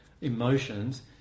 emotions